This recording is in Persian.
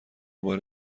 بار